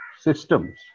systems